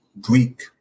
Greek